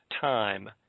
time